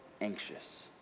anxious